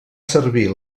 servir